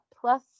plus